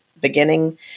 beginning